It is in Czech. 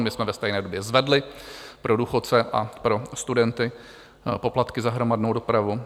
My jsme ve stejné době zvedli pro důchodce a pro studenty poplatky za hromadnou dopravu.